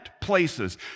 places